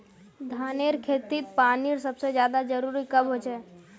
धानेर खेतीत पानीर सबसे ज्यादा जरुरी कब होचे?